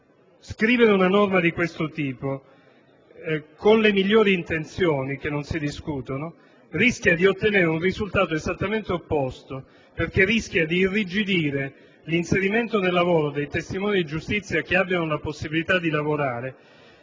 Una norma come quella proposta (con le migliori intenzioni, che non si discutono) rischia di determinare un risultato esattamente opposto, perché rischia di irrigidire l'inserimento nel lavoro dei testimoni di giustizia che abbiano la possibilità di lavorare,